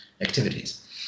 activities